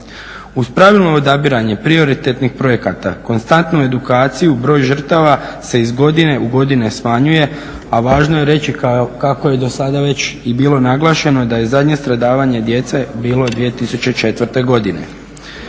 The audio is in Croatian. Uz pravilno odabiranje prioritetnih projekata, konstantnu edukaciju, broj žrtava se iz godine u godinu smanjuje, a važno je reći kako je do sad već i bilo naglašeno da je zadnje stradavanje djece bilo 2004. godine.